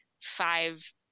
five